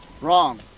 Wrong